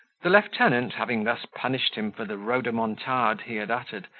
the lieutenant, having thus punished him for the rodomontade he had uttered,